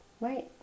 Right